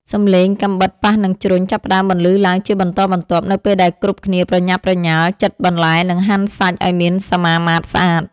សំឡេងកាំបិតប៉ះនឹងជ្រុញចាប់ផ្ដើមបន្លឺឡើងជាបន្តបន្ទាប់ នៅពេលដែលគ្រប់គ្នាប្រញាប់ប្រញាល់ចិតបន្លែ និងហាន់សាច់ឱ្យមានសមាមាត្រស្អាត។